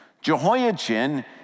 Jehoiachin